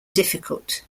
difficult